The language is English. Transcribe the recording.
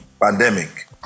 pandemic